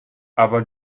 aber